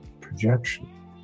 projection